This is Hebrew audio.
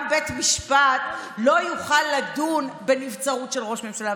גם בית המשפט לא יוכל לדון בנבצרות של ראש ממשלה.